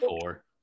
four